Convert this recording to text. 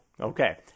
Okay